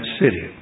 city